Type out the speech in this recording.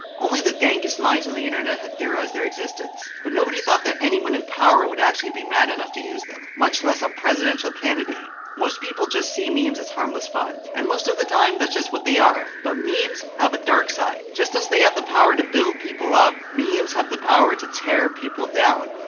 only the dankest minds on the internet had theorized their existence, but nobody thought that anyone in power would actually be mad enough to use them, much less a presidential candidate. most people just see memes as harmless fun. and most of the time, that's just what they are. but memes have a dark side. just as they have the power to build people up, memes have the power to tear people down.